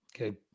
Okay